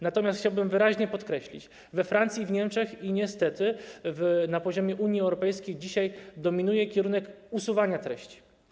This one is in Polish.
Natomiast chciałbym wyraźnie podkreślić: we Francji i w Niemczech, i niestety na poziomie krajów Unii Europejskiej, dzisiaj dominuje kierunek usuwania treści.